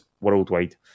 worldwide